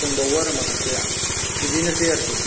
दंबावो आरो माखासेया बिदिनोसै आरोखि